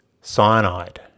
Cyanide